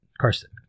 Carson